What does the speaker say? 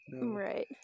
Right